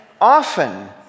often